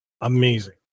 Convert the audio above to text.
amazing